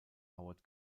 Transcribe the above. howard